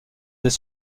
des